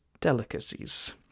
delicacies